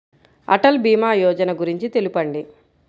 అటల్ భీమా యోజన గురించి తెలుపండి?